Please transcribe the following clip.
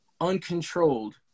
uncontrolled